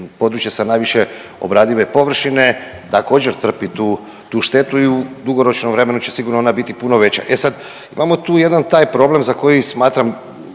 sa najviše obradive površine također trpi tu štetu i u dugoročnom vremenu će sigurno ona biti puno veća. E sad, imamo tu jedan taj problem za koji smatram